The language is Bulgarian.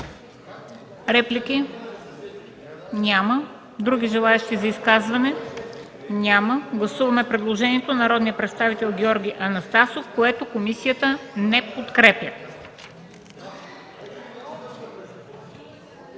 Реплики? Няма. Други желаещи за изказване? Няма. Гласуваме предложението на народния представител Георги Анастасов, което комисията не подкрепя.